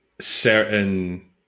certain